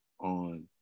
on